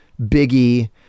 biggie